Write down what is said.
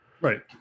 Right